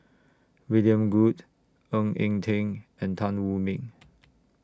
William Goode Ng Eng Teng and Tan Wu Meng